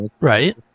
right